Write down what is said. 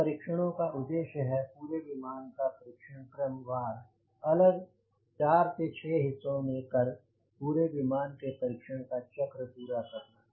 इन परीक्षणों का उद्देश्य है पूरे विमान का परीक्षण क्रम वार अलग अलग 4 से 6 हिस्सों में कर पूरे विमान के परीक्षण का चक्र पूरा करना